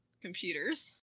Computers